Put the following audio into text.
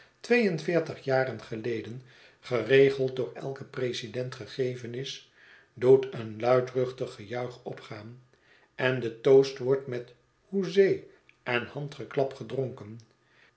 twee en veertig jaren geleden geregeld door elken president gegeven is doet een luidruchtiggejuich opgaan en de toast wordt met hoezee en handgeklap gedronken